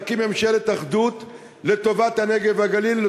להקים ממשלת אחדות לטובת הנגב והגליל,